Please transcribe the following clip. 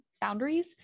boundaries